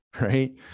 right